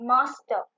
Master